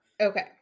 Okay